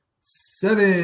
Seven